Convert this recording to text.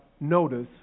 notice